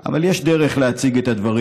אבל יש דרך להציג את הדברים.